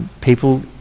People